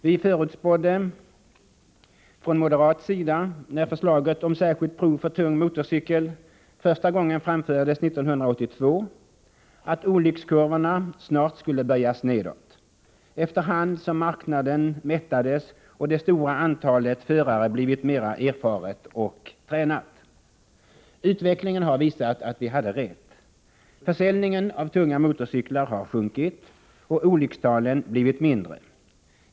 Vi förutspådde från moderat sida, när förslaget om särskilt prov för tung motorcykel första gången framfördes 1982, att olyckskurvorna snart skulle böjas nedåt efter hand som marknaden mättades och det stora antalet förare blivit mer erfarna och tränade. Utvecklingen har visat att vi hade rätt. Försäljningen av tunga motorcyklar har sjunkit och olyckstalen har blivit lägre.